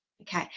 Okay